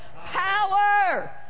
power